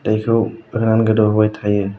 दैखौ होनानै गोदौ होबाय थायो